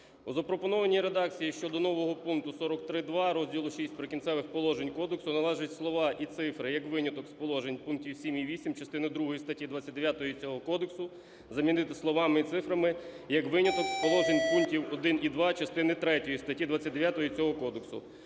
У запропонованій редакції щодо нового пункту 43.2 розділу VI "Прикінцевих положень" кодексу належить слова і цифри "як виняток з положень пунктів 7 і 8 частини другої статті 29 цього Кодексу" замінити словами і цифрами "як виняток з положень пунктів 1 і 2 частини третьої статті 29 цього кодексу".